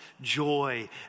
joy